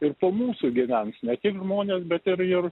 ir po mūsų gyvens ne tik žmonės bet ir ir